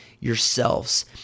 yourselves